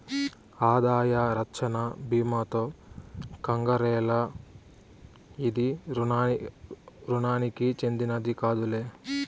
ఆదాయ రచ్చన బీమాతో కంగారేల, ఇది రుణానికి చెందినది కాదులే